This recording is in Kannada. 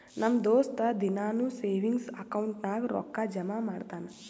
ನಮ್ ದೋಸ್ತ ದಿನಾನೂ ಸೇವಿಂಗ್ಸ್ ಅಕೌಂಟ್ ನಾಗ್ ರೊಕ್ಕಾ ಜಮಾ ಮಾಡ್ತಾನ